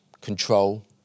control